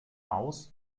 aus